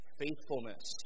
faithfulness